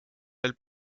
elle